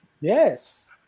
Yes